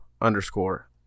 underscore